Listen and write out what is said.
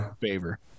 favor